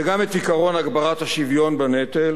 גם את עקרון הגברת השוויון בנטל